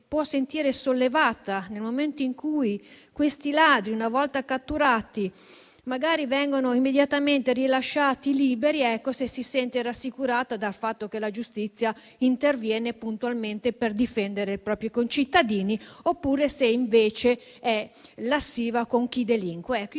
dal fatto che nel momento in cui questi ladri, una volta catturati, vengano immediatamente rilasciati, se possa sentirsi rassicurata dal fatto che la giustizia interviene puntualmente per difendere i propri concittadini oppure se ritenga sia lassista con chi delinque. Ecco, io